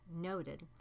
noted